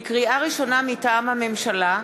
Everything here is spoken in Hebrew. לקריאה ראשונה, מטעם הממשלה: